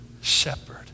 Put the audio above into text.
shepherd